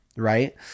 right